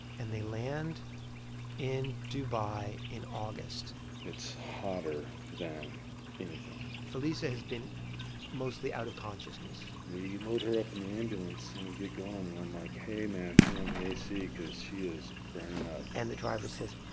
and they land in dubai in august it's hotter than anything felisa has been mostly out of consciousness we load her up in the ambulance, and we get going. and i'm like, hey, man, turn on the ac cause she is burning up and the driver says,